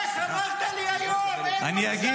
אמרת לי היום אין מצב שאני לא.